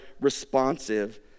responsive